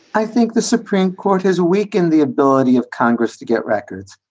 i think the supreme court has weakened the ability of congress to get records.